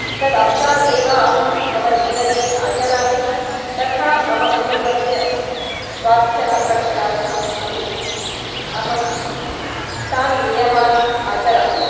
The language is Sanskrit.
तद् अंशान् एव अहं मम जीवने आचरामि तथा मम कुटम्बस्य स्वास्थ्यसंक्षणार्थम् अपि अहं तान् नियमान् आचरामि